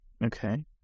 Okay